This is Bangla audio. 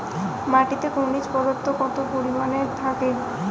মাটিতে খনিজ পদার্থ কত পরিমাণে থাকে?